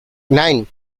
nine